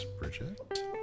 bridget